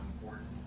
important